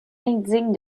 indigne